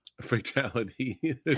fatality